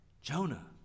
Jonah